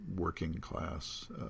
working-class